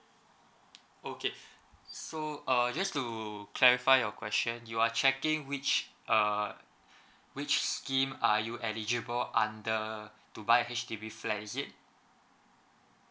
okay so err just to clarify your question you are checking which err which scheme are you eligible under to buy H_D_B flat is it